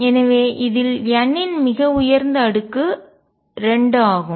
எனவே இதில் n இன் மிக உயர்ந்த அடுக்கு 2 ஆகும்